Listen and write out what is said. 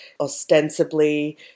ostensibly